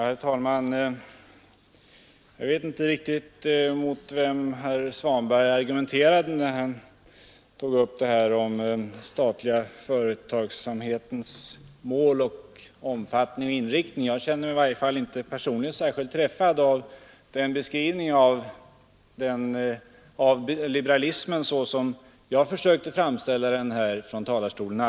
Herr talman! Jag vet inte riktigt mot vem herr Svanberg argumenterade, när han tog upp frågan om den statliga företagsamhetens mål, omfattning och inriktning. I varje fall kände jag mig inte personligen träffad av herr Svanbergs beskrivning av liberalismen.